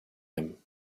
him